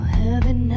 heaven